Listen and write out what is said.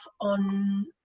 on